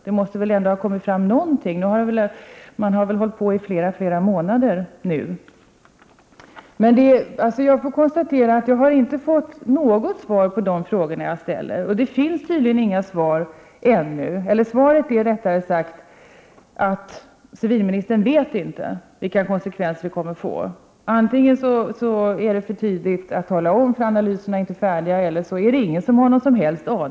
Det måste väl ändå ha kommit fram någonting av det. Man har nu hållit på i flera månader med detta arbete. Jag får konstatera att jag inte har fått något svar på de frågor som jag har ställt. Det finns tydligen ännu inte några svar — eller rättare sagt: Civilministern vet inte vilka konsekvenser EG-anpassningen kommer att få. Antingen är det för tidigt att tala om detta, eftersom analyserna inte är färdiga, eller så har ingen någon som helst aning om konsekvenserna.